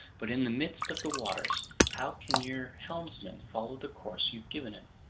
but in the midst of the waters, how can your helmsman follow the course you've given him?